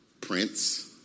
Prince